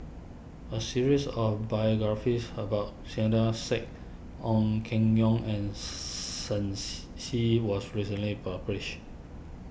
a series of biographies about Saiedah Said Ong Keng Yong and Shen Xi Xi was recently published